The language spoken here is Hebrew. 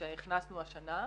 שהכנסנו השנה.